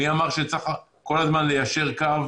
מי אמר שצריך כל הזמן ליישר קו